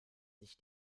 sich